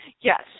Yes